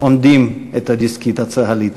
עונדים את הדסקית הצה"לית.